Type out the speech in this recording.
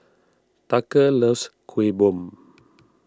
Tucker loves Kuih Bom